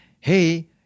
Hey